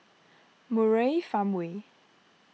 Murai Farmway